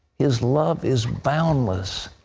his love is boundless.